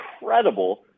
incredible